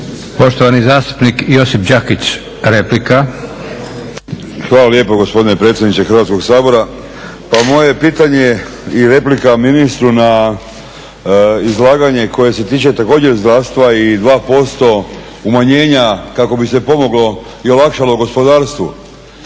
Poštovani zastupnik Josip Đakić, replika. **Đakić, Josip (HDZ)** Hvala lijepo gospodine predsjedniče Hrvatskog sabora. Pa moje pitanje i replika ministru na izlaganje koje se tiče također zdravstva i 2% umanjenja kako bi se pomoglo i olakšalo gospodarstvu.